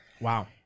Wow